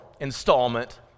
installment